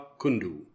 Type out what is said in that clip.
Kundu